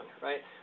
right